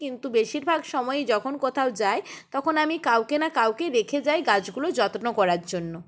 কিন্তু বেশিরভাগ সময়ই যখন কোথাও যাই তখন আমি কাউকে না কাউকে রেখে যাই গাছগুলো যত্ন করার জন্য